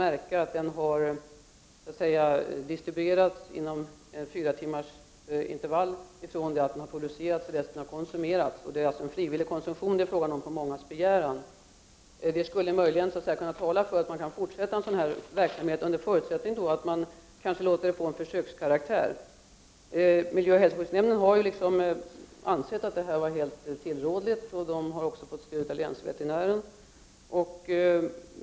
Mjölken har också distribuerats inom ett fyratimmarsintervall, från produktion till konsumtion. Och det är alltså fråga om en frivillig konsumtion på mångas begäran. Det skulle möjligen kunna tala för att en sådan verksamhet kan fortsätta, kanske under förutsättning att den får en försökskaraktär. Miljöoch hälsoskyddsnämnden har ansett det vara helt tillrådligt och har fått stöd av länsveterinären.